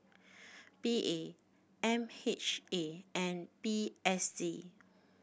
P A M H A and P S D